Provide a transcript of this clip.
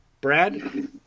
brad